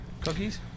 Cookies